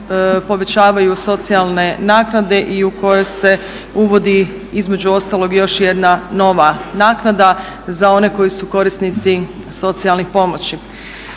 povećavaju socijalne naknade i u koje se uvodi između ostalog još jedna nova naknada za one koji su korisnici socijalnih pomoći.